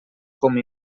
com